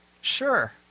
Sure